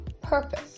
purpose